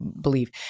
believe